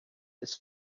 his